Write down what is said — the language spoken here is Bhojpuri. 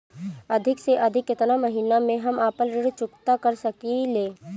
अधिक से अधिक केतना महीना में हम आपन ऋण चुकता कर सकी ले?